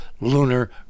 Lunar